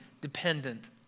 dependent